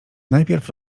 najpierw